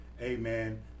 amen